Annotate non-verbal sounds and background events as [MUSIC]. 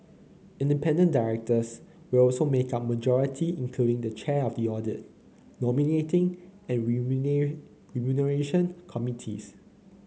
independent directors will also make up majority including the chair of the audit nominating and [UNINTELLIGIBLE] remuneration committees